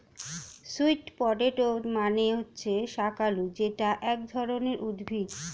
sweet potato মানে হচ্ছে শাকালু যেটা এক ধরনের উদ্ভিদ